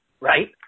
Right